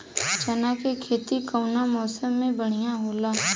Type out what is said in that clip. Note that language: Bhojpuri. चना के खेती कउना मौसम मे बढ़ियां होला?